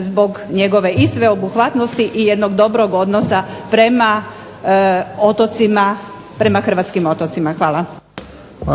zbog njegove i sveobuhvatnosti i jednog dobrog odnosa prema otocima, prema hrvatskim otocima. Hvala. **Bebić, Luka (HDZ)**